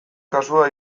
kasua